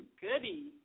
goody